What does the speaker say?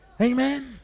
Amen